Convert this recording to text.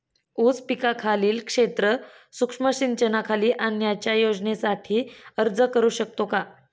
ऊस पिकाखालील क्षेत्र सूक्ष्म सिंचनाखाली आणण्याच्या योजनेसाठी अर्ज करू शकतो का?